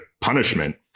punishment